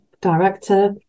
director